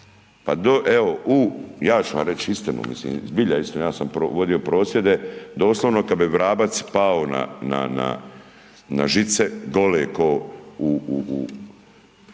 Pa evo u, ja ću vam reći iskreno, mislim zbilja iskreno, ja sam vodio prosvjede, doslovno kad bi vrabac pao na žice gole kao u,